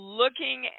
looking